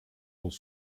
dans